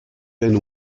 been